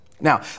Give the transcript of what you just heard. Now